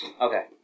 Okay